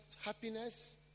happiness